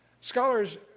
Scholars